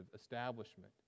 establishment